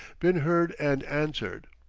been heard and answered.